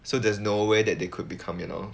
so there's no way that they could become you know